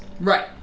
Right